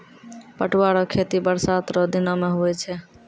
पटुआ रो खेती बरसात रो दिनो मे हुवै छै